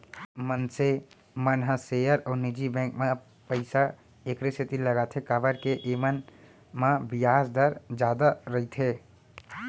मनसे मन ह सेयर अउ निजी बेंक म पइसा एकरे सेती लगाथें काबर के एमन म बियाज दर जादा रइथे